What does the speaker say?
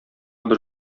бер